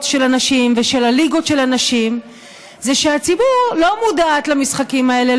של הנשים ושל הליגות של הנשים זה שהציבור לא מודעת למשחקים האלה,